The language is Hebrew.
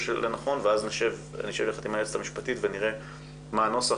לנכון ואז אני אשב יחד עם היועצת המשפטית ונראה מה הנוסח